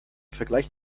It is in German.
vergleich